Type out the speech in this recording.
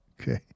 Okay